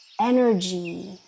energy